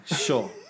sure